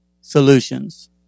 solutions